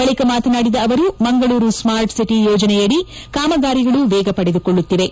ಬಳಿಕ ಮಾತನಾಡಿದ ಅವರು ಮಂಗಳೂರು ಸ್ಮಾರ್ಟ್ ಸಿಟಿ ಯೋಜನೆಯದಿ ಕಾಮಗಾರಿಗಳು ವೇಗ ಪಡೆದುಕೊಳ್ಳುತ್ತಿವೆ